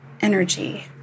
energy